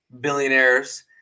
billionaires